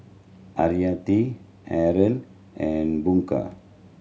Hayati Aaron and Bunga